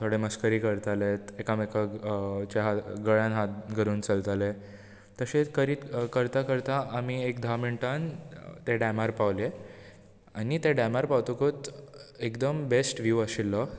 थोडे मस्करी करताले एकामेकाक च्या गळ्यान हात धरून चलताले तशेंच करीत करता करता आमी एक धा मिण्टान त्या डेमार पावले आनी त्या डेमार पावतकूत एकदम बेश्ट व्हीव आशिल्लो